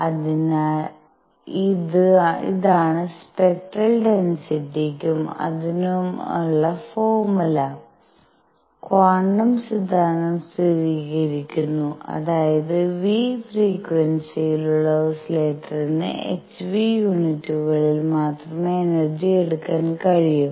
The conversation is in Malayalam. അതിനാൽ ഇതാണ് സ്പെക്ട്രൽ ഡെൻസിറ്റിയ്ക്കും അതിനുമുള്ള ഫോർമുല ക്വാണ്ടം സിദ്ധാന്തം സ്ഥിരീകരിക്കുന്നു അതായത് ν ഫ്രീക്വൻസിയിലുള്ള ഓസിലേറ്ററിന് hν യൂണിറ്റുകളിൽ മാത്രമേ എനർജി എടുക്കാൻ കഴിയൂ